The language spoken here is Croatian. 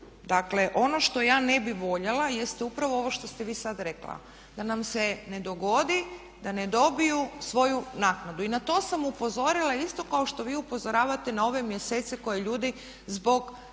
dakle ono što ja ne bih voljela jeste upravo ovo što ste vi sada rekla da nam se ne dogodi da ne dobiju svoju naknadu. I na to sam upozorila isto kao što vi upozoravate na ove mjesece koje ljudi zbog